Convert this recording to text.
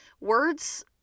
Words